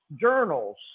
journals